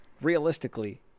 realistically